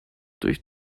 durch